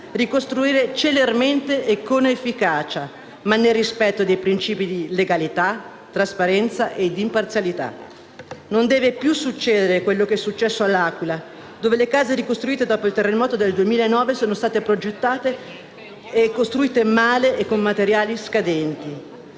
ricostruire celermente e con efficacia, ma nel rispetto dei principi di legalità, trasparenza e imparzialità. Non deve più succedere quello che è accaduto a L'Aquila, dove le case ricostruite dopo il terremoto del 2009 sono state progettate e costruite male e con materiali scadenti.